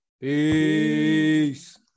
Peace